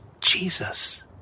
Jesus